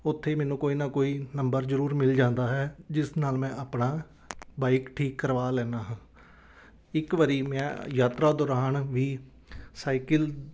ਉੱਥੇ ਹੀ ਮੈਨੂੰ ਕੋਈ ਨਾ ਕੋਈ ਨੰਬਰ ਜ਼ਰੂਰ ਮਿਲ ਜਾਂਦਾ ਹੈ ਜਿਸ ਨਾਲ ਮੈਂ ਆਪਣਾ ਬਾਈਕ ਠੀਕ ਕਰਵਾ ਲੈਂਦਾ ਹਾਂ ਇੱਕ ਵਾਰ ਮੈਂ ਯਾਤਰਾ ਦੌਰਾਨ ਵੀ ਸਾਈਕਿਲ